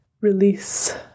release